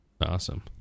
Awesome